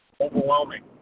overwhelming